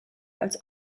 als